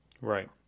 Right